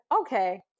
okay